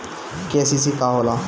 KCC का होला?